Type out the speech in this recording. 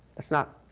it's not,